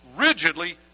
rigidly